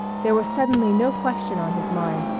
there was suddenly no question on his mind,